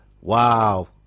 Wow